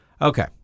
Okay